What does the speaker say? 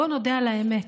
בוא נודה על האמת.